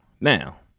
Now